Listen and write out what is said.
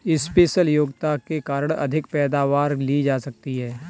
special योग्यता के कारण अधिक पैदावार ली जा सकती है